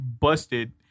busted